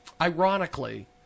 Ironically